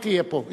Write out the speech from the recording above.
היא תהיה פה.